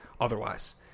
otherwise